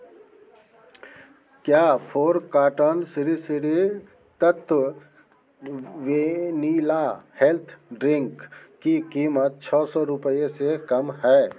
क्या four carton सिरि सिरि तत्त्व वेनिला हेल्थ ड्रिंक की कीमत छः सौ रुपये से कम है